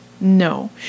No